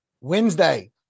Wednesday